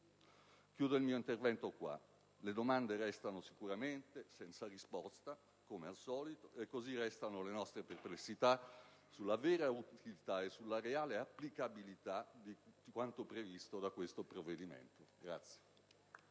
Chiudo così il mio intervento: le domande restano sicuramente senza risposta, come al solito, e così restano le nostre perplessità sulla vera utilità e sulla reale applicabilità di quanto previsto da questo provvedimento.